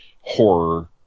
horror